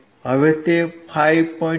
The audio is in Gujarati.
હવે તે 5